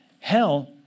hell